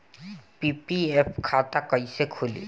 PPF खाता कैसे खुली?